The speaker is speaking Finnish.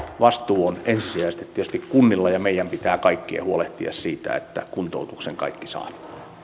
vastuu on ensisijaisesti tietysti kunnilla ja meidän pitää kaikkien huolehtia siitä että kuntoutuksen kaikki saavat